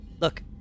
look